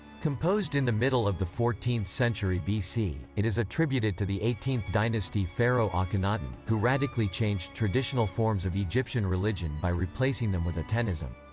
composed in the middle of the fourteenth century bc, it is attributed to the eighteenth dynasty pharaoh ah akhenaten, who radically changed traditional forms of egyptian religion by replacing them with atenism.